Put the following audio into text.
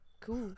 Cool